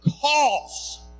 cause